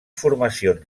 formacions